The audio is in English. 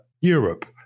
europe